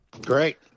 Great